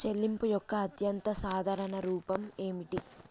చెల్లింపు యొక్క అత్యంత సాధారణ రూపం ఏమిటి?